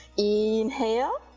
inhale,